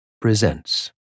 presents